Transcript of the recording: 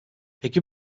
peki